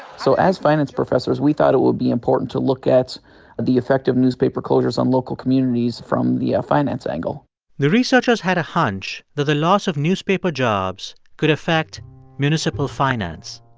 so as finance professors, we thought it would be important to look at the effect of newspaper closures on local communities from the ah finance angle the researchers had a hunch that the loss of newspaper jobs could affect municipal finance.